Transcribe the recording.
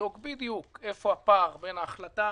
לבדוק בדיוק איפה הפער בין ההחלטה